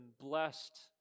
blessed